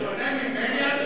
בשונה ממני,